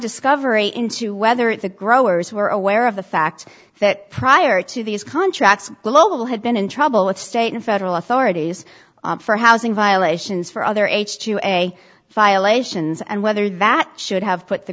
discovery into whether the growers were aware of the fact that prior to these contracts global had been in trouble with state and federal authorities for housing violations for other h two a violation zz and whether that should have put the